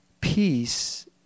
peace